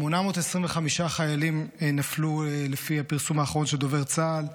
825 חיילים נפלו לפי הפרסום האחרון של דובר צה"ל,